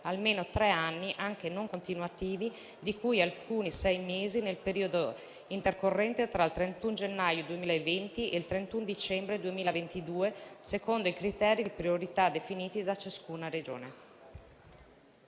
almeno 3 anni, anche non continuativi, di cui almeno 6 mesi nel periodo intercorrente tra il 31 gennaio 2020 e il 31 dicembre 2022, secondo criteri di priorità definiti da ciascuna regione.